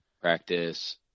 practice